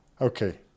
okay